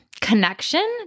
connection